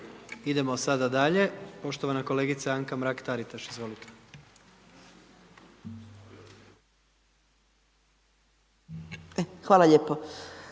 Idemo sada dalje, poštovana kolegica Anka Mrak Taritaš, izvolite.